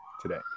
today